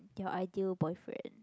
your ideal boyfriend